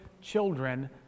children